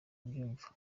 abyumva